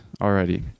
already